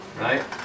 right